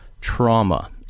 trauma